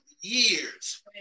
years